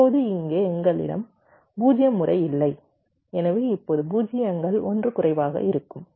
இப்போது இங்கே எங்களிடம் 0 முறை இல்லை எனவே இப்போது பூஜ்ஜியங்கள் 1 குறைவாக இருக்கும்